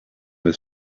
his